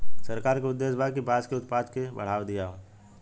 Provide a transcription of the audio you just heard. सरकार के उद्देश्य बा कि बांस के उत्पाद के बढ़ावा दियाव